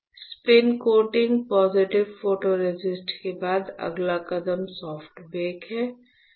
spin coating positive photoresist के बाद अगला कदम सॉफ्ट बेक है